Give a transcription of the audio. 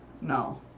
No